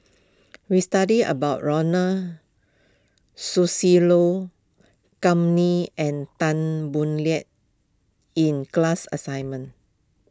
we studied about Ronald Susilo Kam Ning and Tan Boo Liat in class assignment